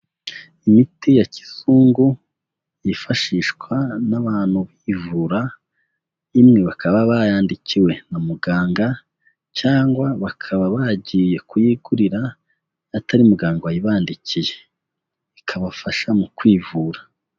Imiti ya kizungu yifashishwa n'abantu bivura, imwe bakaba bayandikiwe na muganga cyangwa bakaba bagiye kuyigurira atari muganga wayibandikiye, ikabafasha mu kwivura.